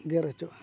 ᱜᱮᱨ ᱦᱚᱪᱚᱜᱼᱟ